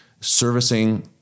servicing